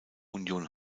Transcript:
union